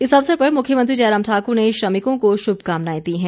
इस अवसर पर मुख्यमंत्री जयराम ठाकुर ने श्रमिकों को शुभकामनाएं दी हैं